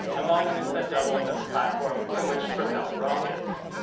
a monument that doubled as a platform from which to propel rockets.